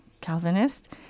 Calvinist